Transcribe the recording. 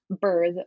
birth